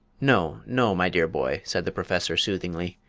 no, no, my dear boy, said the professor, soothingly,